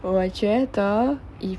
我觉得 if